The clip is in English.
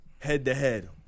Head-to-head